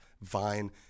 Vine